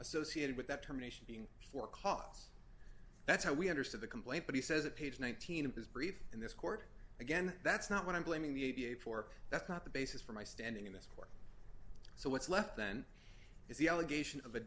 associated with that terminations being for cos that's how we understood the complaint but he says at page nineteen of his brief in this court again that's not what i'm blaming the a b a for that's not the basis for my standing in this court so what's left then is the allegation of a